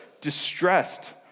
distressed